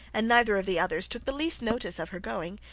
and neither of the others took the least notice of her going,